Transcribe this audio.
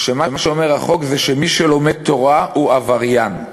שמה שאומר החוק זה שמי שלומד תורה הוא עבריין.